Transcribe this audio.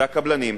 זה הקבלנים,